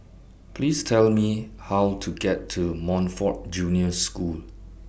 Please Tell Me How to get to Montfort Junior School